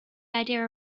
idea